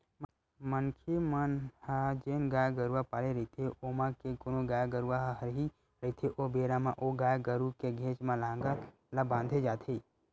मनखे मन ह जेन गाय गरुवा पाले रहिथे ओमा के कोनो गाय गरुवा ह हरही रहिथे ओ बेरा म ओ गाय गरु के घेंच म लांहगर ला बांधे जाथे